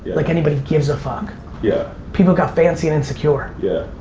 like anybody gives a fuck yeah, people got fancy and insecure. yeah,